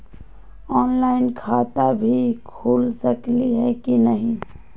Online खाता भी खुल सकली है कि नही?